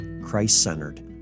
Christ-centered